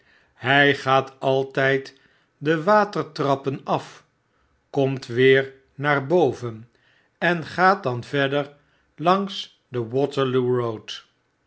hj gaat altp de watertrappen af komt weer naar boven en gaat dan verder langs den waterloo fioad